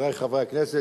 חברי חברי הכנסת,